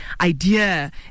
idea